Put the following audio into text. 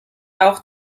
auch